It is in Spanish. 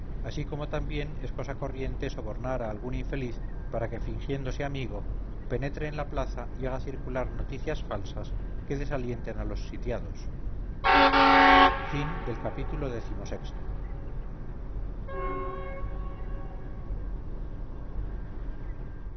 así como también es cosa corriente sobornar a algún infeliz para que fingiéndose amigo penetre en la plaza y haga circular noticias falsas que desalienten a los sitiados ii